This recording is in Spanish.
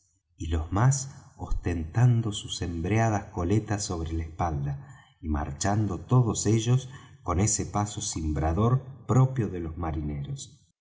y los más ostentando sus embreadas coletas sobre la espalda y marchando todos ellos con ese paso cimbrador propio de los marineros